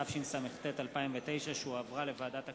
התשס"ט 2009, שהחזירה ועדת הכלכלה.